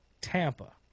Tampa